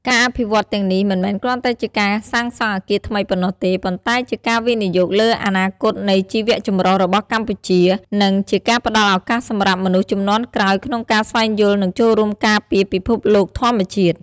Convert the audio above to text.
ការអភិវឌ្ឍន៍ទាំងនេះ មិនមែនគ្រាន់តែជាការកសាងអគារថ្មីប៉ុណ្ណោះទេ ប៉ុន្តែជាការវិនិយោគលើអនាគតនៃជីវៈចម្រុះរបស់កម្ពុជា និងជាការផ្តល់ឱកាសសម្រាប់មនុស្សជំនាន់ក្រោយក្នុងការស្វែងយល់ និងចូលរួមការពារពិភពលោកធម្មជាតិ។